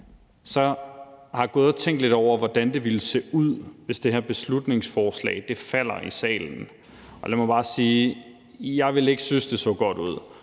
jeg har gået og tænkt lidt over, hvordan det ville se ud, hvis det her beslutningsforslag falder i salen. Og lad mig bare sige, at jeg ikke ville synes, at det så godt ud,